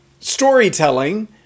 storytelling